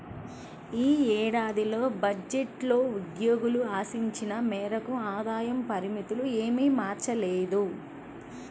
ఈ ఏడాది బడ్జెట్లో ఉద్యోగులు ఆశించిన మేరకు ఆదాయ పరిమితులు ఏమీ మార్చలేదు